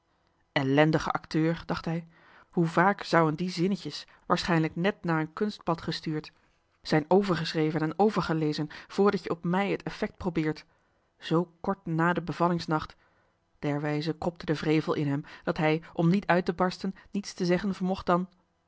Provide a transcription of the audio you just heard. ellendige acteur dacht hij hoe vaak zou'en die zinnetjes waarschijnlijk nèt naar een kunstblad gestuurd zijn overgeschreven en overgelezen voordat je op mij het effect probeert z kort na den bevallingsnacht derwijze kropte de wrevel in hem dat hij om niet uit te barsten niets te zeggen vermocht dan